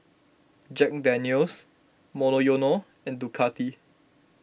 Jack Daniel's Monoyono and Ducati